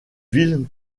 ville